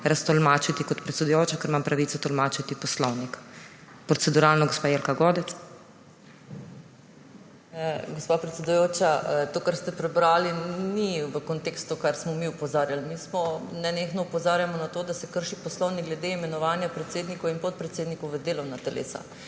raztolmačim kot predsedujoča, ker imam pravico tolmačiti poslovnik. Proceduralno, gospa Jelka Godec. JELKA GODEC (PS SDS): Gospa predsedujoča, to, kar ste prebrali, ni v kontekstu tega, na kar smo mi opozarjali. Mi nenehno opozarjamo na to, da se krši poslovnik glede imenovanja predsednikov in podpredsednikov v delovna telesa.